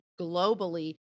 globally